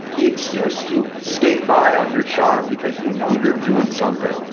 the excuse to skate by on your charm because you know you're doing something,